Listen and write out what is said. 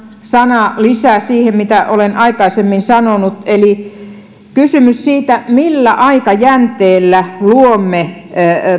sana lisää siihen mitä olen aikaisemmin sanonut eli kysymys siitä millä aikajänteellä luomme